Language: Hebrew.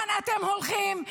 לאן אתם הולכים,